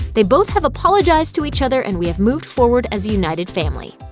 they both have apologized to each other and we have moved forward as a united family.